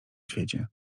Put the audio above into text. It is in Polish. świecie